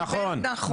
נכון.